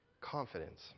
confidence